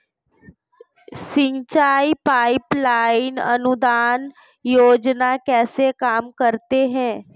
सिंचाई pipeline अनुदान योजना कैसे काम करती है?